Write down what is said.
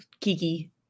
Kiki